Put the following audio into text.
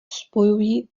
spojují